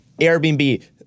Airbnb